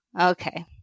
okay